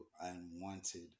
unwanted